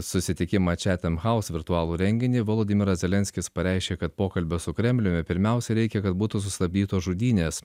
susitikimą čiatem haus virtualų renginį volodimiras zelenskis pareiškė kad pokalbio su kremliumi pirmiausia reikia kad būtų sustabdytos žudynės